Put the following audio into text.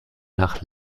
nach